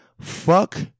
fuck